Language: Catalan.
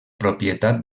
propietat